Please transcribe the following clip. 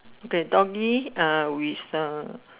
okay doggie ah which the